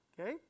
Okay